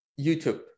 YouTube